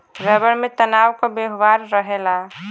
rubber में तनाव क व्यवहार रहेला